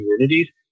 communities